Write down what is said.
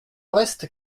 reste